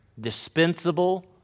dispensable